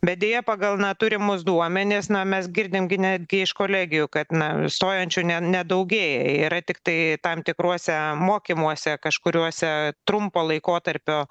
bet deja pagal na turimus duomenis na mes girdim gi netgi iš kolegijų kad na stojančių ne nedaugėja yra tiktai tam tikruose mokymuose kažkuriuose trumpo laikotarpio